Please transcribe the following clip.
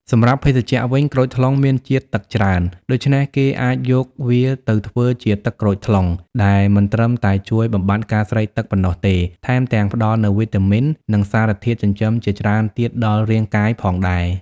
សម្រាប់ភេសជ្ជៈវិញ ក្រូចថ្លុងមានជាតិទឹកច្រើន ដូច្នេះគេអាចយកវាទៅធ្វើជា ទឹកក្រូចថ្លុង ដែលមិនត្រឹមតែជួយបំបាត់ការស្រេកទឹកប៉ុណ្ណោះទេ ថែមទាំងផ្តល់នូវវីតាមីន និងសារធាតុចិញ្ចឹមជាច្រើនទៀតដល់រាងកាយផងដែរ។